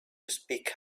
speak